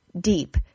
deep